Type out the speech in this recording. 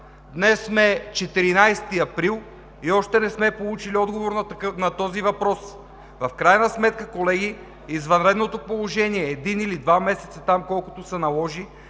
днес сме 14 април и още не сме получили отговор на този въпрос? В крайна сметка, колеги, извънредното положение е от един или два месеца – колкото се наложи,